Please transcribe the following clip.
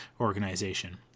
organization